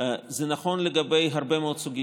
עם העובדות ועם המציאות לגבי רצונם